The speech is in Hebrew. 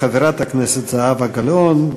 חברת הכנסת זהבה גלאון.